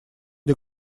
где